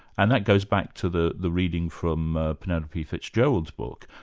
and that goes back to the the reading from ah penelope fitzgerald's book,